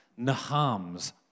Nahams